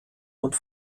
und